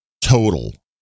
total